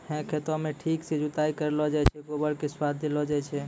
है खेतों म ठीक सॅ जुताई करलो जाय छै, गोबर कॅ खाद देलो जाय छै